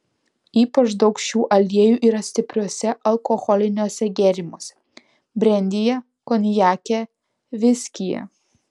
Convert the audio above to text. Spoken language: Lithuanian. ypač daug šių aliejų yra stipriuose alkoholiniuose gėrimuose brendyje konjake viskyje